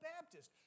Baptist